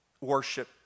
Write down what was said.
worship